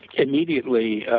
immediately